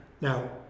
Now